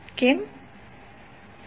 કેમ